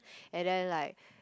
and then like